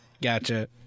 Gotcha